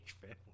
family